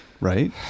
right